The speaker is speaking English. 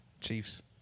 Chiefs